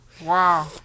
Wow